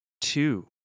two